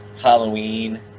Halloween